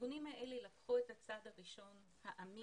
הארגונים האלה לקח ואת הצד הראשון והאמיץ,